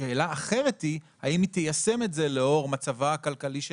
השאלה האחרת היא האם היא תיישם את זה לאור מצבה הכלכלי של